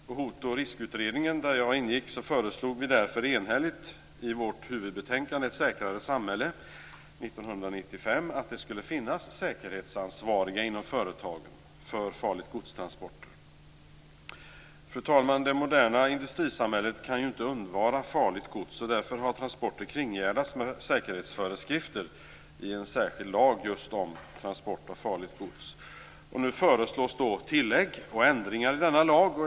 Hot och riskutredningen, där jag ingick, föreslog därför enhälligt i huvudbetänkandet Ett säkrare samhälle, 1995, att det skulle finnas säkerhetsansvariga inom företagen för farligt-godstransporter. Fru talman! Det moderna industrisamhället kan inte undvara farligt gods. Därför har transporter kringgärdats med säkerhetsföreskrifter i en särskild lag just om transport av farligt gods. Nu föreslås alltså tillägg och ändringar i denna lag.